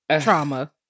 Trauma